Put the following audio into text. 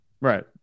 Right